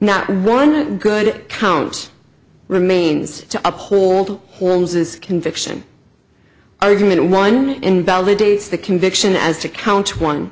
not one good count remains to uphold holmes's conviction argument one invalidates the conviction as to count one